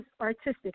artistic